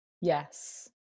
yes